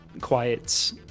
Quiet's